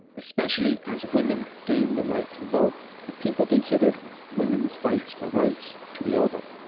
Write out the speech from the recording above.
especially as women gained the right to vote and people considered women's fight for rights to be over.